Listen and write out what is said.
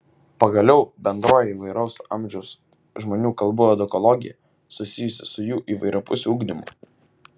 pagaliau bendroji įvairaus amžiaus žmonių kalbų edukologija susijusi su jų įvairiapusiu ugdymu